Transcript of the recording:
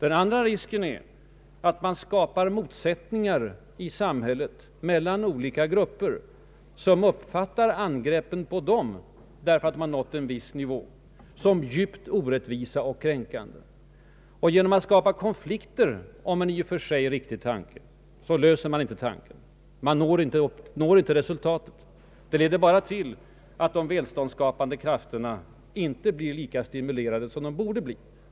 En annan risk är att man skapar nya motsättningar och konflikter i samhället mellan olika grupper. De som nått en viss standard uppfattar angreppen som riktade mot sig själva och kommer att betrakta dem som djupt orättvisa och kränkande. Genom att skapa konflikter kring en i och för sig riktig tanke löser man inte problemet. Man når inte resultat. Det leder bara till att de välståndsskapande krafterna inte blir lika stimulerade som de borde bli.